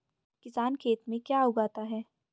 किसान खेत में क्या क्या उगाता है?